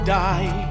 die